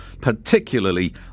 particularly